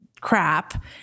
crap